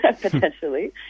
potentially